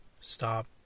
Stop